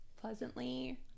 pleasantly